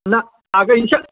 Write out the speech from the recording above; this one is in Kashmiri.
نہ اَگر یہِ چھِ